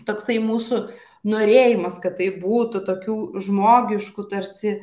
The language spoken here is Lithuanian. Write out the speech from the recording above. toksai mūsų norėjimas kad taip būtų tokių žmogiškų tarsi